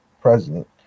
president